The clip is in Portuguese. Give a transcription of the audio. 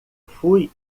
fui